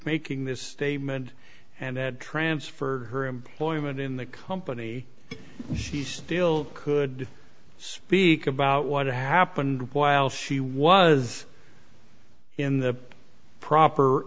making this statement and then transferred her employment in the company she still could speak about what happened while she was in the proper